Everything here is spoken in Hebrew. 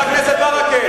חבר הכנסת ברכה,